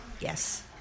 Yes